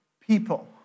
people